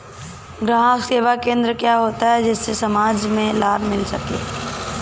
ग्राहक सेवा केंद्र क्या होता है जिससे समाज में लाभ मिल सके?